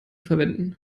verwenden